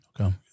Okay